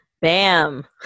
Bam